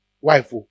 wife